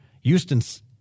Houston's